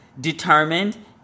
determined